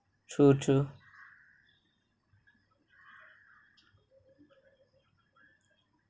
true true